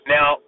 Now